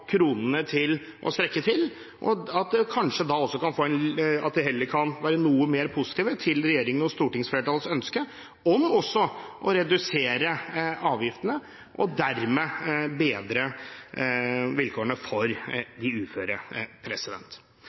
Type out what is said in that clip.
kronene til å strekke til – og at en kanskje heller kan være noe mer positiv til regjeringen og stortingsflertallets ønske om å redusere avgiftene og dermed bedre vilkårene for de uføre.